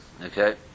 Okay